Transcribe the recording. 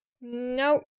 Nope